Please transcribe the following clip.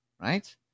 right